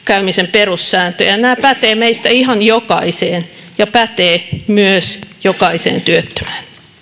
perussääntöjä nämä pätevät meistä ihan jokaiseen ja pätevät myös jokaiseen työttömään